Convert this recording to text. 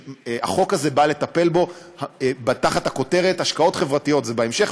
שהחוק הזה נועד לטפל בו תחת הכותרת "השקעות חברתיות" זה בהמשך,